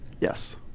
Yes